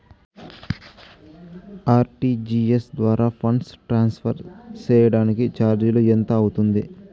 RTGS ద్వారా funds transfer సేయడానికి చార్జీలు ఎంత అవుతుంది